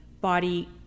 body